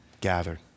gathered